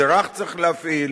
אזרח צריך להפעיל,